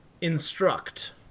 instruct